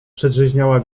przedrzeźniała